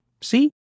See